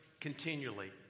continually